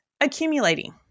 accumulating